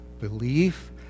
Belief